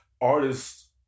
artists